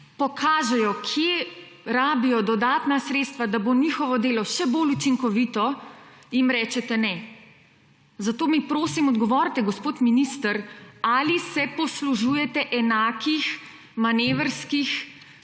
pokažejo, kje rabijo dodatna sredstva, da bo njihovo delo še bolj učinkovito, jim rečete ne. Zato mi, prosim, odgovorite, gospod minister: Ali se poslužujete enakih manevrskih